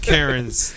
Karens